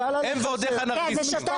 הם ועוד איך אנרכיסטים,